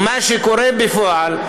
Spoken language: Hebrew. ומה שקורה בפועל,